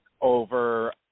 over